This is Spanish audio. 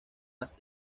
las